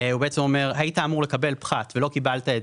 הוא אומר: היית אמור לקבל פחת ולא קיבלת את